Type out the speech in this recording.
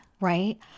Right